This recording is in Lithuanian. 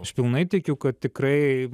aš pilnai tikiu kad tikrai